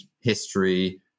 history